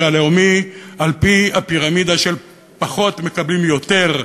הלאומי על-פי הפירמידה שפחות מקבלים יותר,